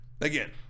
Again